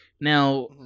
Now